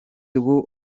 dugu